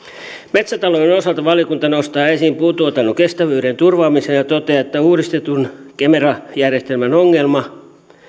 metsätalouden osalta valiokunta nostaa esiin puutuotannon kestävyyden turvaamisen ja toteaa että uudistetun kemera järjestelmän ongelma